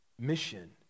mission